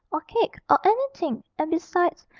or cake, or anything, and besides,